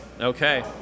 Okay